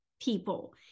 people